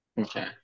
Okay